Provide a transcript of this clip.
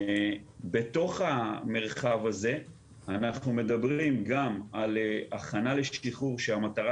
בתוך המרחב הזה אנחנו מדברים גם על הכנה לשחרור שהמטרה